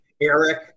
Eric